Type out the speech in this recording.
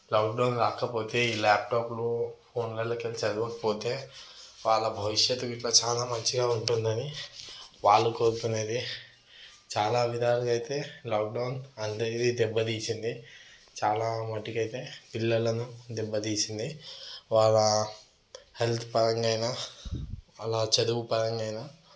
lockdown కాకపోతే ఈ లాప్టాప్లు ఫోన్లలోకెళ్ళి చదవకపోతే వాళ్ళ భవిష్యత్తు గిట్లా చాలా మంచిగా ఉంటుందని వాళ్ళు కోరుకునేది చాలా విధాలుగా అయితే అయితే లౌక్డౌన్ అందరిది దెబ్బతీసింది చాలా మట్టుకైతే పిల్లలను దెబ్బతీసింది వాళ్ళ హెల్త్ పరంగా అయినా అలా చదువు పరంగా అయినా